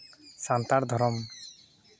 ᱥᱟᱱᱛᱟᱲ ᱫᱷᱚᱨᱚᱢ